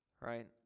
right